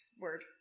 word